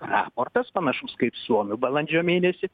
raportas panašus kaip suomių balandžio mėnesį